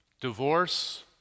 divorce